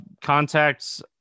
Contact's